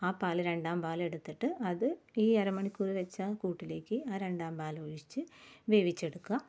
ആ പാല് രണ്ടാം പാൽ എടുത്തിട്ട് അത് ഈ അരമണിക്കൂർ വെച്ചാൽ കൂട്ടിലേക്ക് ആ രണ്ടാം പാല് ഒഴിച്ച് വേവിച്ചെടുക്കുക